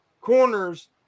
corners